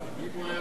אם הוא היה באמת